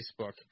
Facebook